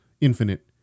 infinite